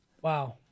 Wow